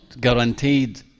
guaranteed